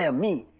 ah me.